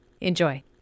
Enjoy